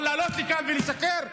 אבל לעלות לכאן ולשקר?